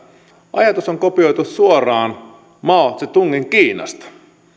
ajatus on kopioitu suoraan mao tse tungin kiinasta